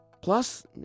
Plus